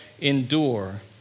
endure